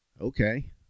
Okay